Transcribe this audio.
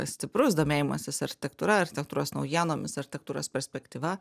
stiprus domėjimasis architektūra architektūros naujienomis architektūros perspektyva